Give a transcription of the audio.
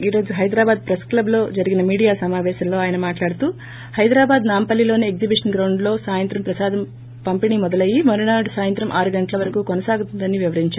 ఈ రోజు హైదరాబాద్ ప్రెస్ క్లబ్లో జరిగిన మీడియా సమాపేశంలో ఆయన మాట్లాడుతూ హైదరాబాద్ నాంపల్లిలోని ఎగ్షిబిషన్ గ్రౌండ్స్లో సాయంత్రం ప్రసాదం పంపిణీ మొదలయ్య మరునాడు సాయంత్రం ఆరు ్గంటల వరకు కొనసాగుతుందని వివరించారు